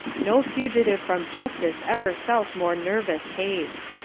no fugitive from justice ever felt more nervous haste.